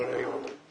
אדוני היושב ראש,